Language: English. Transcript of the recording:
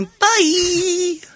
Bye